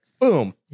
boom